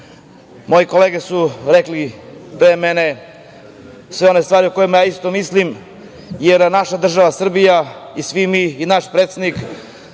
Moje kolege su rekle pre mene sve one stvari o kojima isto mislim jer naša država Srbija i svi mi i naš predsednik